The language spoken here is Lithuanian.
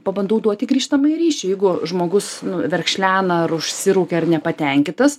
pabandau duoti grįžtamąjį ryšį jeigu žmogus nu verkšlena ar užsiraukia ar nepatenkitas